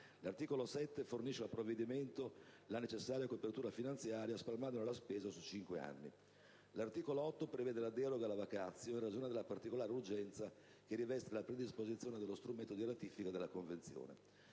L'articolo 7 fornisce al provvedimento la necessaria copertura finanziaria spalmandone la spesa su cinque anni. L'articolo 8 prevede la deroga alla *vacatio*, in ragione della particolare urgenza che riveste la predisposizione dello strumento di ratifica della Convenzione.